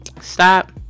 Stop